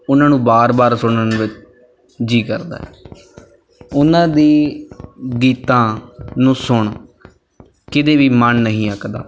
ਉਹਨਾਂ ਨੂੰ ਬਾਰ ਬਾਰ ਸੁਣਨ ਵਿੱਚ ਜੀਅ ਕਰਦਾ ਉਹਨਾਂ ਦੀ ਗੀਤਾਂ ਨੂੰ ਸੁਣ ਕਦੇ ਵੀ ਮਨ ਨਹੀਂ ਅੱਕਦਾ